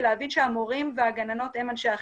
ולהבין שהמורים והגננות הם אנשי החינוך.